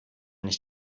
nicht